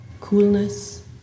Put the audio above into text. coolness